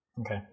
Okay